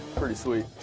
pretty sweet.